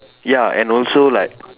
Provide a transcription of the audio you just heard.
ya and also like